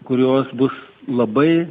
kurios bus labai